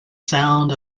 sound